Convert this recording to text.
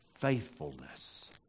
faithfulness